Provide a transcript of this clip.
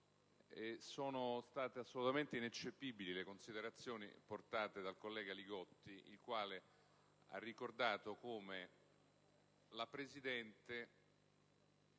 Sono state assolutamente ineccepibili le considerazioni portate dal collega Li Gotti, il quale ha ricordato come la Presidente,